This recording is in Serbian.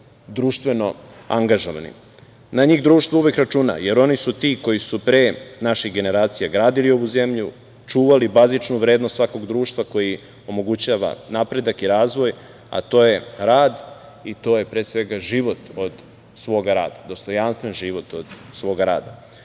društveno angažovani. Na njih društvo uvek računa, jer oni su ti koji su pre naših generacija gradili ovu zemlju, čuvali bazičnu vrednost svakog društva koji omogućava napredak i razvoj, a to je rad i to je, pre svega, život od svog rada, dostojanstven život od svog